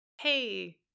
hey